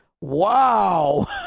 Wow